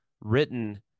written